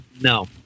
No